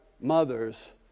mother's